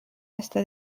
està